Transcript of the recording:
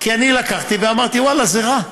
כי אני לקחתי ואמרתי: ואללה, זה רע.